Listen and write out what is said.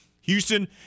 Houston